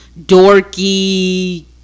dorky